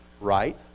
right